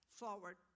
forward